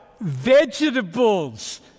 vegetables